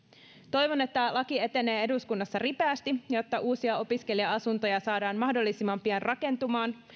toivon että laki etenee eduskunnassa ripeästi jotta uusia opiskelija asuntoja saadaan mahdollisimman pian rakentumaan